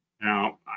Now